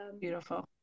Beautiful